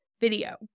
video